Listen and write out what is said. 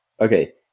Okay